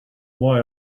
why